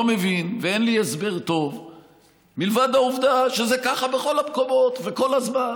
לא מבין ואין לי הסבר טוב מלבד העובדה שזה ככה בכל המקומות וכל הזמן.